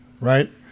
right